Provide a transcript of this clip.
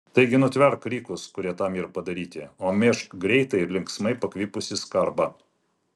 taigi nutverk rykus kurie tam yr padaryti o mėžk greitai ir linksmai pakvipusį skarbą